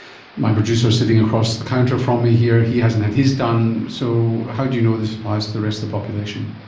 my producer sitting across the counter from me here, he hasn't had his done. so how do you know this applies to the rest of the population?